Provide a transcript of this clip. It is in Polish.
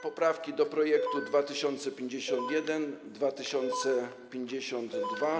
Poprawki do projektu nr 2051, 2052.